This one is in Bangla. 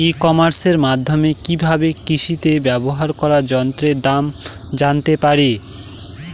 ই কমার্সের মাধ্যমে কি ভাবে কৃষিতে ব্যবহার করা যন্ত্রের দাম জানতে পারি?